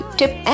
tip